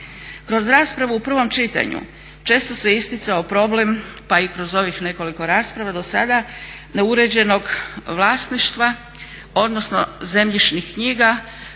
Kroz raspravu u prvom čitanju često se isticao problem pa i kroz ovih nekoliko rasprava do sada neuređenog vlasništva odnosno zemljišnih knjiga